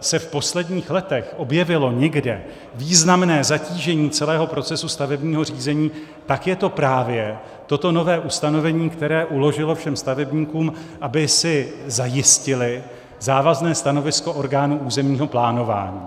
se v posledních letech objevilo někde významné zatížení celého procesu stavebního řízení, tak je to právě toto nové ustanovení, které uložilo všem stavebníkům, aby si zajistili závazné stanovisko orgánů územního plánování.